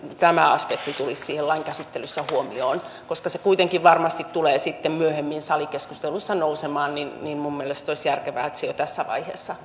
tämä aspekti tulisi siinä lain käsittelyssä huomioon koska se kuitenkin varmasti tulee sitten myöhemmin salikeskusteluissa nousemaan niin niin minun mielestäni olisi järkevää että se jo tässä vaiheessa